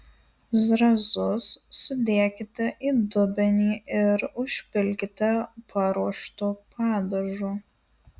zrazus sudėkite į dubenį ir užpilkite paruoštu padažu